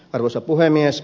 arvoisa puhemies